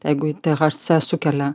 jeigu thc sukelia